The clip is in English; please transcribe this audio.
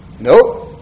Nope